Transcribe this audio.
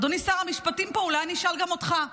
אדוני שר המשפטים פה, אולי אני אשאל גם אותך.